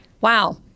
wow